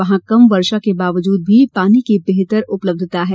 वहां कम वर्षा के बावजूद भी पानी की बेहतर उपलब्यता है